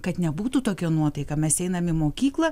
kad nebūtų tokia nuotaika mes einam į mokyklą